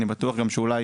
אני בטוח גם שאולי